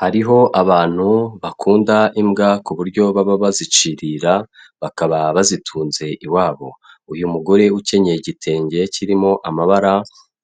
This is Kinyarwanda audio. Hariho abantu, bakunda imbwa, ku buryo baba bazicirira, bakaba bazitunze iwabo. Uyu mugore ukenyeye igitenge kirimo amabara